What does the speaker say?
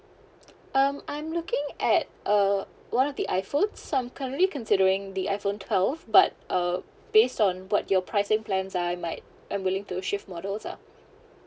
um I'm looking at uh one of the iphone cause I'm currently considering the iphone twelve but uh based on what your pricing plans I might I'm willing to shift models lah